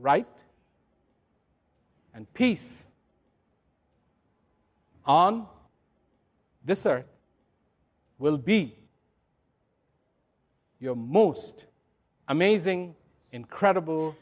right and peace on this earth will be your most amazing incredible